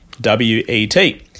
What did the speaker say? W-E-T